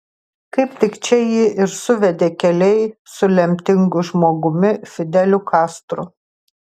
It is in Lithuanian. kaip tik čia jį ir suvedė keliai su lemtingu žmogumi fideliu kastro